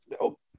Nope